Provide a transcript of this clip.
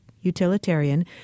utilitarian